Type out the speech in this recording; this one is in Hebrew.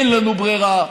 אין לנו ברירה,